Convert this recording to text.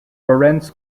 lorentz